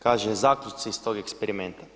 Kaže, zaključci iz tog eksperimenta.